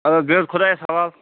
اَدٕ حظ بیٚہہ حظ خۄدایس حوال